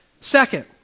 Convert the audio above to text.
second